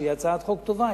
שהיא הצעת חוק טובה,